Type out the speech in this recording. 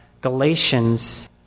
Galatians